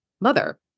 mother